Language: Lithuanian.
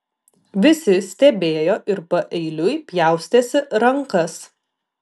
visi stebėjo ir paeiliui pjaustėsi rankas